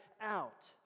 out